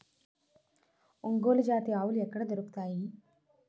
ఒంగోలు జాతి ఆవులు ఎక్కడ దొరుకుతాయి?